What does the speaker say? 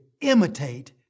imitate